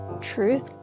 truth